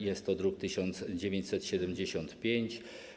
Jest to druk nr 1975.